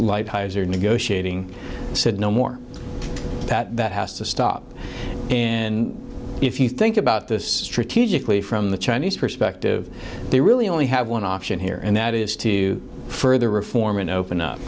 live hires or negotiating said no more that has to stop and if you think about this strategic way from the chinese perspective they really only have one option here and that is to further reform and open up